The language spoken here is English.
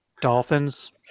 dolphins